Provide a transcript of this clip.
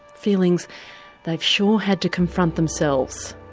feelings they've sure had to confront themselves.